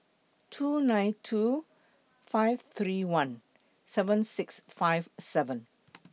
two nine two five three one seven six five seven